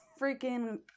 freaking